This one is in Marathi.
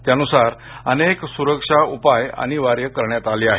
त्यानुसार अनेक सुरक्षा उपाय अनिवार्य करण्यात आले आहेत